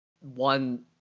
one